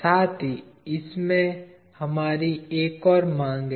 साथ ही इसमें हमारी एक और मांग है